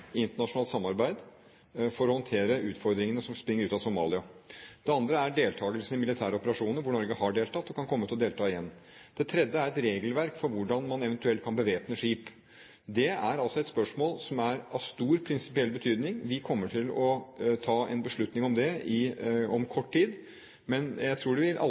internasjonalt samarbeid for å håndtere utfordringene som springer ut av Somalia. Det andre er deltakelse i militære operasjoner, hvor Norge har deltatt og kan komme til å delta igjen. Det tredje er et regelverk for hvordan man eventuelt kan bevæpne skip. Det er altså et spørsmål som er av stor prinsipiell betydning. Vi kommer til å ta en beslutning om det om kort tid. Men jeg tror alle vil